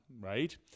right